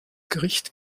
gericht